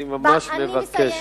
אני ממש מבקש.